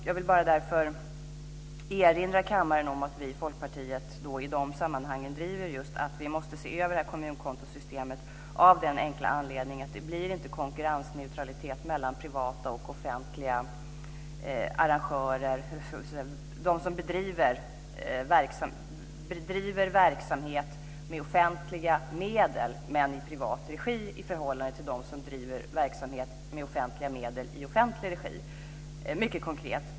Jag vill därför bara erinra kammaren om att vi i Folkpartiet i de sammanhangen driver just att vi måste se över det här kommunkontosystemet av den enkla anledningen att det inte blir konkurrensneutralitet mellan privata och offentliga arrangörer. Det handlar om dem som bedriver verksamhet med offentliga medel men i privat regi i förhållande till dem som driver verksamhet med offentliga medel i offentlig regi. Jag kan vara mycket konkret.